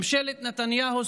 ממשלת נתניהו,